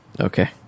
Okay